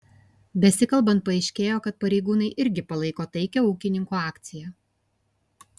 besikalbant paaiškėjo kad pareigūnai irgi palaiko taikią ūkininkų akciją